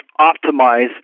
optimize